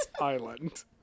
Island